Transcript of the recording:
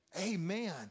Amen